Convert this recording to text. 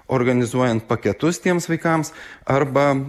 organizuojant paketus tiems vaikams arba